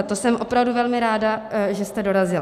To jsem opravdu velmi ráda, že jste dorazila.